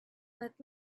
let